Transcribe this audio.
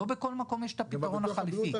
לא בכל מקום יש את הפתרון החליפי.